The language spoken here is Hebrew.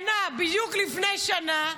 שנה, בדיוק לפני שנה,